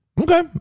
Okay